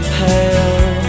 pale